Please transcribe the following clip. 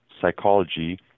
psychology